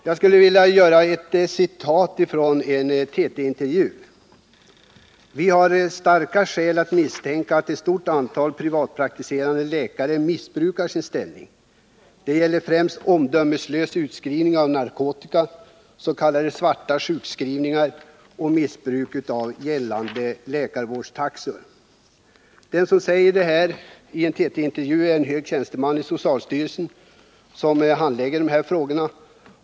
Jag vill återge ett citat från en TT-intervju: ”Vi har starka skäl att misstänka att ett stort antal privatpraktiserande läkare i Stockholm missbrukar sin ställning. Det gäller främst omdömeslös utskrivning av narkotika, s.k. svarta sjukskrivningar och missbruk av gällande läkarvårdstaxor.” Den som säger detta är en hög tjänsteman vid socialstyrelsen som handlägger dessa frågor.